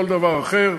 כל דבר אחר,